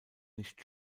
nicht